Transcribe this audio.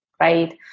right